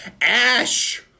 Ash